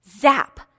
zap